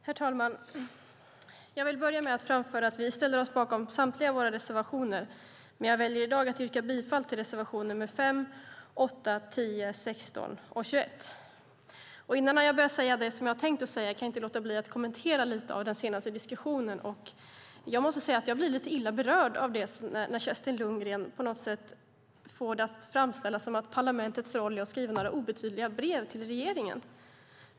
Herr talman! Jag vill börja med att framföra att vi ställer oss bakom samtliga våra reservationer, men jag väljer i dag att yrka bifall till reservationerna nr 5, 8, 10, 16 och 21. Innan jag börjar säga det som jag har tänkt säga kan jag inte låta bli att kommentera lite av den senaste diskussionen. Jag måste säga att jag blir lite illa berörd när Kerstin Lundgren på något sätt får det att låta som att parlamentets roll är att skriva några obetydliga brev till regeringen.